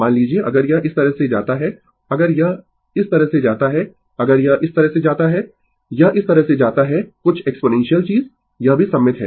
मान लीजिए अगर यह इस तरह से जाता है अगर यह इस तरह से जाता है अगर यह इस तरह से जाता है यह इस तरह से जाता है कुछ एक्सपोनेंशियल चीज यह भी सममित है